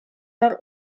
are